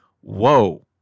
whoa